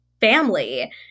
family